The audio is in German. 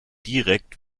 direkt